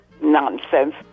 nonsense